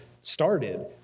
started